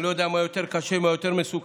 אני לא יודע מה יותר קשה, מה יותר מסוכן